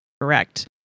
correct